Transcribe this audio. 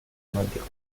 romántico